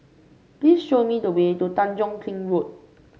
please show me the way to Tanjong Kling Road